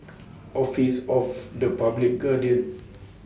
Office of The Public Guardian